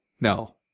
No